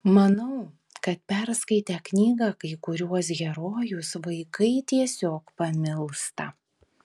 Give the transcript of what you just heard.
manau kad perskaitę knygą kai kuriuos herojus vaikai tiesiog pamilsta